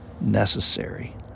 necessary